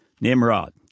Nimrod